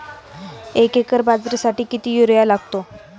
एक एकर बाजरीसाठी किती युरिया लागतो?